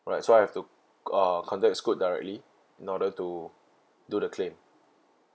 alright so I have to uh contact with scoot directly in order to do the claim